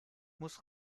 muss